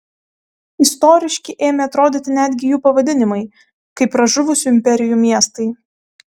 istoriški ėmė atrodyti netgi jų pavadinimai kaip pražuvusių imperijų miestai